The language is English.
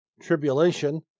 Tribulation